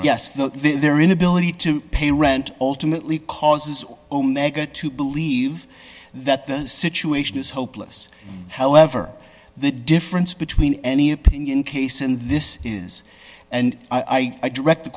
though their inability to pay rent ultimately causes omega to believe that the situation is hopeless however the difference between any opinion case and this is and i direct the